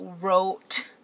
wrote